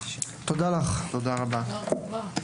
הישיבה ננעלה בשעה 10:51.